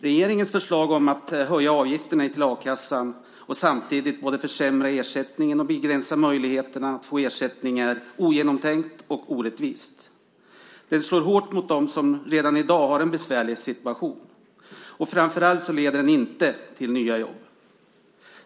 Regeringens förslag om att höja avgifterna till a-kassan och samtidigt både försämra ersättningen och begränsa möjligheterna att få ersättning är ogenomtänkt och orättvist. Det slår hårt mot dem som redan i dag har en besvärlig situation. Framför allt leder det inte till nya jobb.